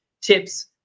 tips